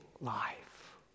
life